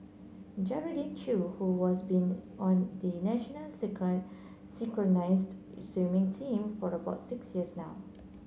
Geraldine Chew who was been on the national synchronised swimming team for about six years now